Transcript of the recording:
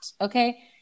Okay